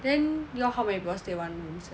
then you all how many people stay in one room sia